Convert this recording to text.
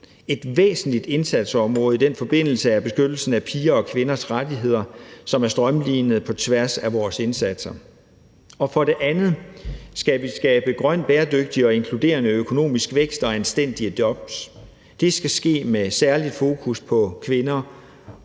Et væsentligt indsatsområde i den forbindelse er beskyttelsen af piger og kvinders rettigheder, som er strømlinet på tværs af vores indsatser. For det andet skal vi skabe grøn, bæredygtig og inkluderende økonomisk vækst og anstændige jobs. Det skal ske med særligt fokus på kvinder